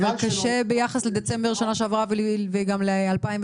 אבל קשה ביחס לחודש המקביל בשנתיים הקודמות.